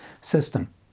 system